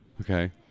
Okay